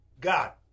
God